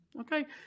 Okay